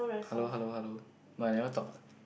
hello hello hello no I never talk